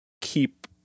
keep